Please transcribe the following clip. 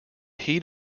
heat